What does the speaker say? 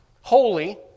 holy